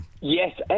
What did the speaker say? Yes